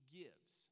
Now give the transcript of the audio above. gives